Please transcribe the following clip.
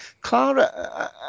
Clara